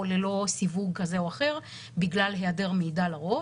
או ללא סיווג כזה או אחר בגלל היעדר מידע לרוב,